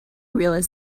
realized